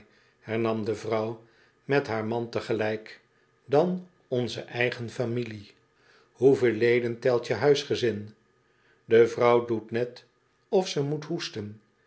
hernam de vrouw met haar man tegelijk dan onze eigen familie hoeveel leden telt je huisgezin de vrouw doet net of ze moet hoesten